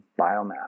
biomass